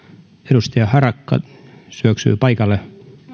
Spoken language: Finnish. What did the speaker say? edustaja harakka syöksyy paikalle